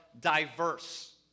diverse